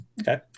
Okay